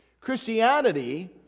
Christianity